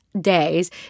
days